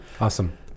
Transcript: Awesome